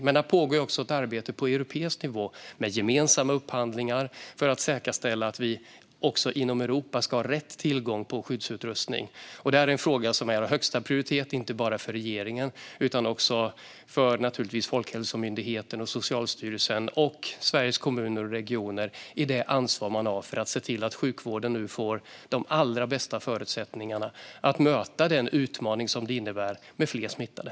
Det pågår också ett arbete på europeisk nivå med gemensamma upphandlingar för att säkerställa att vi inom Europa har rätt tillgång till skyddsutrustning. Det här är en fråga som är av högsta prioritet, inte bara för regeringen utan naturligtvis också för Folkhälsomyndigheten, Socialstyrelsen och Sveriges Kommuner och Regioner, med det ansvar man har för att se till att sjukvården nu får de allra bästa förutsättningarna att möta den utmaning som det innebär med fler smittade.